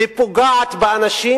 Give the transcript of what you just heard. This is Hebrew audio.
ופוגעת באנשים,